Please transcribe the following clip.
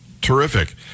Terrific